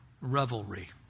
revelry